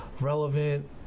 relevant